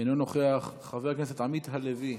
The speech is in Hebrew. אינו נוכח, חבר הכנסת עמית הלוי,